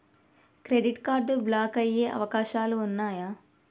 Credit card block అయ్యే అవకాశాలు ఉన్నయా?